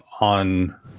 on